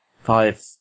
Five